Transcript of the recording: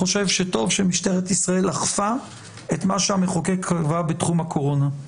חושב שטוב שמשטרת ישראל אכפה את מה שהמחוקק קבע בתחום הקורונה.